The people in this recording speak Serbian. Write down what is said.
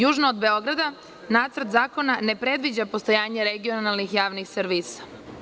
Južno od Beograda Nacrt zakona ne predviđa postojanje regionalnih javnih servisa.